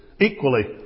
equally